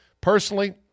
Personally